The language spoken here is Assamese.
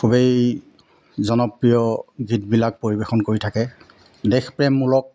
খুবেই জনপ্ৰিয় গীতবিলাক পৰিৱেশন কৰি থাকে দেশ প্ৰেমূলক